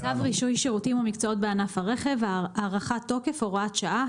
צו רישוי שירותים ומקצועות בענף הרכב (הארכת תוקף הוראת שעה),